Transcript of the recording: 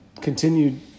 continued